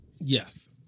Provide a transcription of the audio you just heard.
Yes